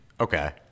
Okay